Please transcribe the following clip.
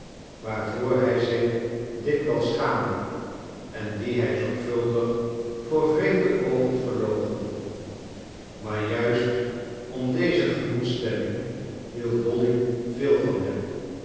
waarvoor hij zich dikwijls schaamde en die hij zorgvuldig voor vreemde oogen verloochende maar juist om deze gemoedsstemming hield dolly veel van hem